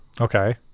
Okay